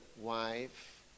wife